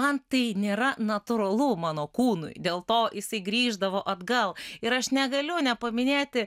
man tai nėra natūralu mano kūnui dėl to jisai grįždavo atgal ir aš negaliu nepaminėti